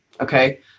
Okay